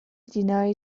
deny